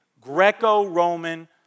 Greco-Roman